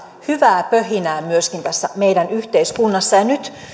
hyvää pöhinää tässä meidän yhteiskunnassa nyt